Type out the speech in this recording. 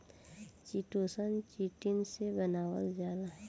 chitosan, chitin से बनावल जाला